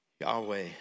Yahweh